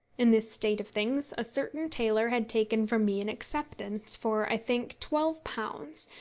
in this state of things a certain tailor had taken from me an acceptance for, i think, twelve pounds,